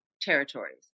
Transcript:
territories